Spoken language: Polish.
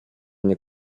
nie